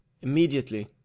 immediately